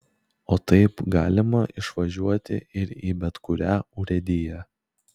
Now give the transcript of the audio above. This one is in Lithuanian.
o taip galima išvažiuoti ir į bet kurią urėdiją